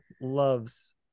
loves